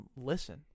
listen